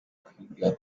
kwiga